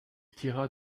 tira